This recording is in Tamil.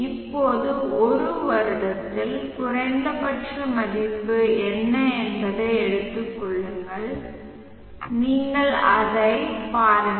இப்போது ஒரு வருடத்தில் குறைந்தபட்ச மதிப்பு என்ன என்பதை எடுத்துக் கொள்ளுங்கள் நீங்கள் அதைப் பாருங்கள்